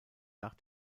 nach